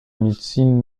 médecine